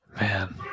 Man